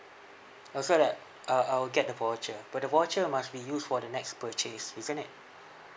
uh so that uh I'll get the voucher but the voucher must be used for the next purchase isn't it